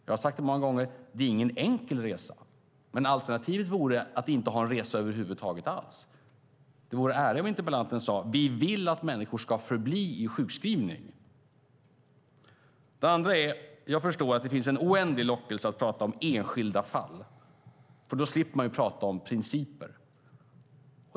Jag har sagt detta många gånger: Det är ingen enkel resa, men alternativet vore att inte ha en resa över huvud taget. Det vore ärligare om interpellanten sade: Vi vill att människor ska förbli i sjukskrivning. Jag förstår att det finns en oändlig lockelse att prata om enskilda fall, för då slipper man prata om principer.